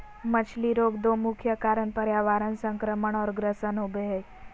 मछली रोग दो मुख्य कारण पर्यावरण संक्रमण और ग्रसन होबे हइ